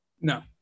No